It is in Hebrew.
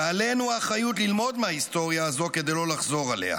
ועלינו האחריות ללמוד מההיסטוריה הזו כדי לא לחזור עליה.